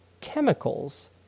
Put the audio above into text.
chemicals